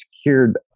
secured